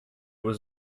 was